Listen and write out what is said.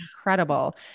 Incredible